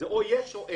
זה או יש או אין.